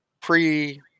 pre-